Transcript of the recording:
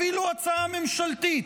אפילו הצעה ממשלתית,